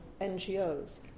NGOs